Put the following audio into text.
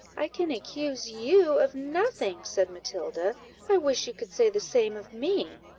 i can accuse you of nothing, said matilda i wish you could say the same of me.